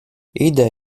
idę